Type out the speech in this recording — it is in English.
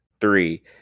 three